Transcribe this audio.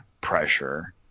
pressure